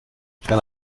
quand